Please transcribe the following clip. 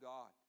God